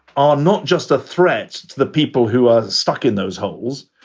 are not just a threat to the people who are stuck in those holes.